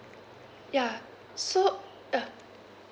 ya so uh